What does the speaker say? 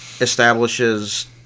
establishes